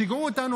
שיגעו אותנו.